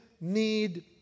need